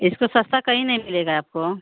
इससे सस्ता कहीं नहीं मिलेगा आपको